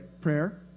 Prayer